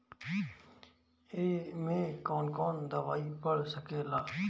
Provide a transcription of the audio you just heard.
ए में कौन कौन दवाई पढ़ सके ला?